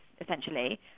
essentially